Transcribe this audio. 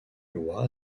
loi